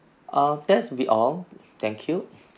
err that's would be all thank you